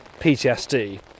PTSD